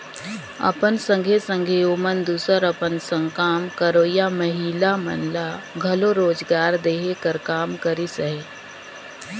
अपन संघे संघे ओमन दूसर अपन संग काम करोइया महिला मन ल घलो रोजगार देहे कर काम करिस अहे